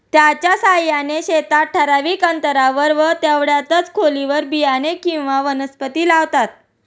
त्याच्या साहाय्याने शेतात ठराविक अंतरावर व तेवढ्याच खोलीवर बियाणे किंवा वनस्पती लावतात